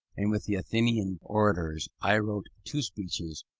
and with the athenian orators, i wrote two speeches,